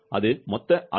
அது மொத்த அளவு